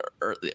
early